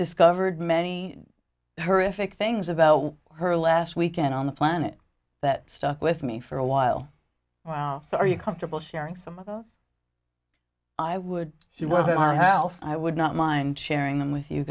discovered many horrific things about her last weekend on the planet that stuck with me for a while well so are you comfortable sharing some of those i would see with our house i would not mind sharing them with you